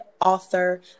author